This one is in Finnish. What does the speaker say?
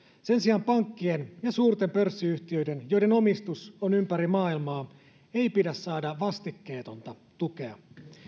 sen sijaan pankkien ja suurten pörssiyhtiöiden joiden omistus on ympäri maailmaa ei pidä saada vastikkeetonta tukea